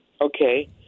Okay